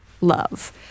love